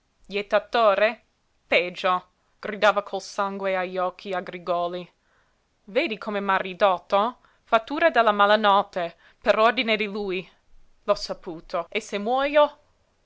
jettatore peggio gridava col sangue agli occhi a grigòli vedi come m'ha ridotto fattura della malanotte per ordine di lui l'ho saputo e se muojo